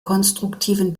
konstruktiven